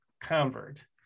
convert